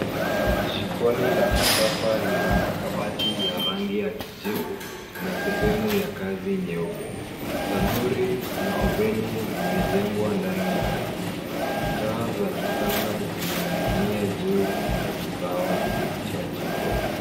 Jikoni la kisasa lina makabati ya rangi ya kijivu, na sehemu ya kazi nyeupe. Tanuri na oveni zimejengwa ndani ya ukuta. Taa za kisasa zinaning'inia juu ya kisawa cha jikoni.